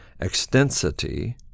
Extensity